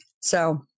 So-